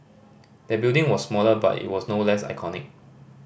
the building was smaller but it was no less iconic